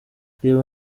reba